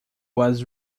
was